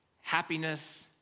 happiness